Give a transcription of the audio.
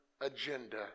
agenda